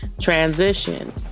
transition